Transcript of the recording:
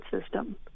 system